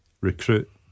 recruit